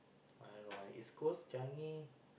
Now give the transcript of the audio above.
I don't know East-Coast Changi